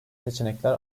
seçenekler